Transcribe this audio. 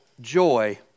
joy